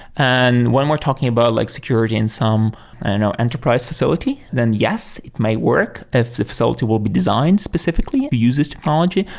and when we're talking about like security in some you know enterprise facility, then yes, it might work if the facility will be signed specifically to use this technology.